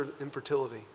infertility